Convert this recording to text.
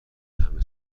همه